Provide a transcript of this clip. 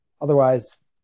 otherwise